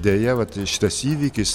deja vat šitas įvykis